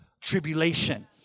tribulation